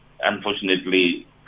unfortunately